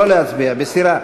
לא להצביע, מסירה.